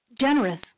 Generous